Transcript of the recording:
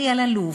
אלי אלאלוף,